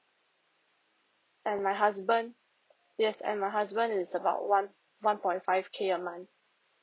and my husband yes and my husband is about one one point five k a month